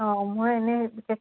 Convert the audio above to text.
অঁ মই এনেই